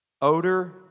Odor